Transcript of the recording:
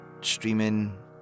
streaming